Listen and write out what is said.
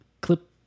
clip